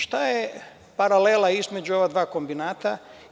Šta je paralela između ova dva kombinata?